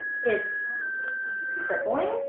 it's crippling.